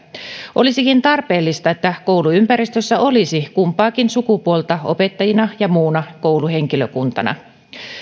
olisikin tarpeellista että kouluympäristössä olisi kumpaakin sukupuolta opettajina ja muuna kouluhenkilökuntana